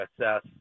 assess